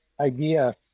idea